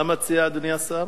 מה מציע אדוני השר?